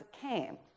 came